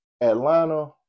Atlanta